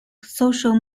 social